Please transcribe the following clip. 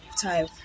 time